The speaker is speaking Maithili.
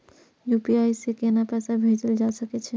यू.पी.आई से केना पैसा भेजल जा छे?